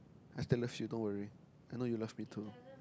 I still love you don't worry I know you love me too